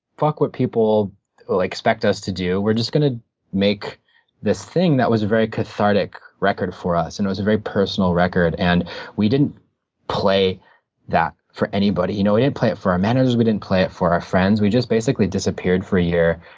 fuck what people like expect us to do. we're just going to make this thing, that was very cathartic record for us, and it was a very personal record. and we didn't play that for anybody. you know we didn't play it for our managers, we didn't play it for our friends, we just basically disappeared for a year.